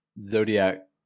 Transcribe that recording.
zodiac